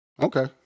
Okay